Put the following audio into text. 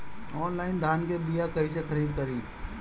Online धान के बीया कइसे खरीद करी?